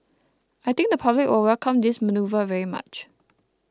I think the public will welcome this manoeuvre very much